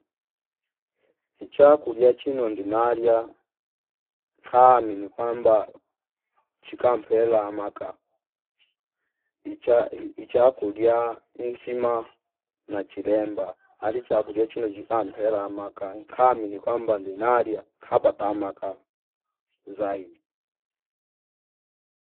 Ichakulia chino ndinalia kaamini kwamba chika mpela amaka icha- ii- ichakulia insima nachilemba ali chakulia chino chikampela amaka nkaamini kwamba ndinalia kapata maaka zaidi